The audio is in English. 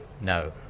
No